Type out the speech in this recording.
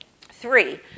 Three